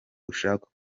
ushaka